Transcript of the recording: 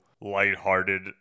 lighthearted